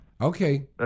okay